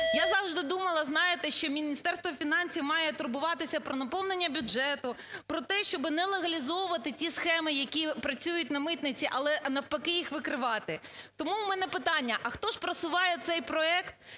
Я завжди думала, знаєте, що Міністерство фінансів має турбуватися про наповнення бюджету, про те, щоби не легалізовувати ті схеми, які працюють на митниці, але навпаки – їх викривати. Тому в мене питання: а хто ж просуває цей проект